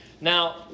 Now